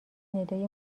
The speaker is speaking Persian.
ندای